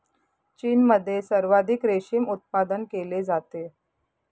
चीनमध्ये सर्वाधिक रेशीम उत्पादन केले जाते